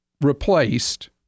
replaced